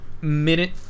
minute